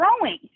growing